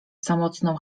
samotną